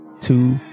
two